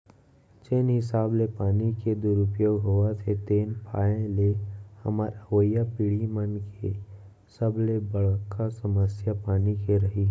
जेन हिसाब ले पानी के दुरउपयोग होवत हे तेन पाय ले हमर अवईया पीड़ही मन के सबले बड़का समस्या पानी के रइही